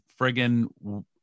friggin